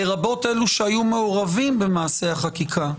לרבות אלה שהיו מעורבים במעשה החקיקה,